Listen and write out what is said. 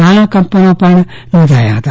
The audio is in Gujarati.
નાના કંપનો પણ નોંધાયાહતા